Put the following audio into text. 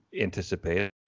anticipate